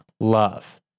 love